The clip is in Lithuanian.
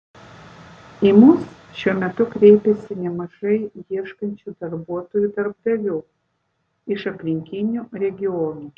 į mus šiuo metu kreipiasi nemažai ieškančių darbuotojų darbdavių iš aplinkinių regionų